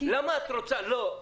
לא,